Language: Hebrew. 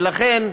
ולכן,